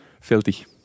Filthy